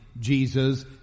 Jesus